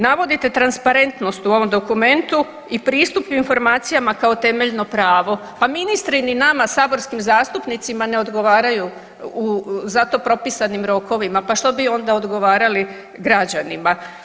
Navodite transparentnost u ovom dokumentu i pristup informacijama kao temeljno pravo, pa ministri ni nama saborskim zastupnicima ne odgovaraju u zato propisanim rokovima pa što bi onda odgovarali građanima.